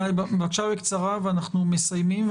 מלי, בבקשה בקצרה, ואנחנו מסיימים.